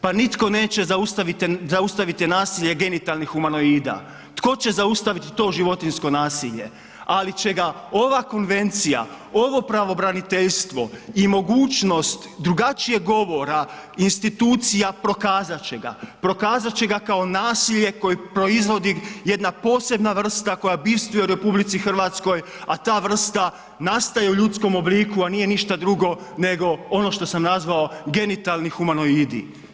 Pa nitko neće zaustaviti nasilje genitalnih humanoida, tko će zaustaviti to životinjsko nasilje ali će ga ova konvencija, ovo pravobraniteljstvo i mogućnost drugačijeg govora institucija prokazati će ga, prokazati će ga kao nasilje koje proizvodi jedna posebna vrsta koja ... u RH a ta vrsta nastaje u ljudskom obliku a nije ništa drugo nego ono što sam nazvao genitalni humanoidi.